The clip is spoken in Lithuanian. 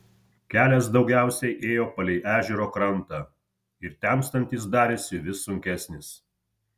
kelias daugiausiai ėjo palei ežero krantą ir temstant jis darėsi vis sunkesnis